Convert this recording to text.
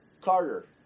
Carter